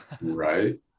Right